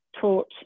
taught